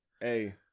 hey